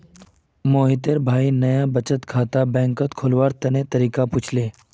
मोहितेर भाई नाया बचत खाता बैंकत खोलवार तने तरीका पुछले